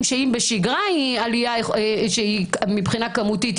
שאם בשגרה היא עלייה גדולה מבחינה כמותית,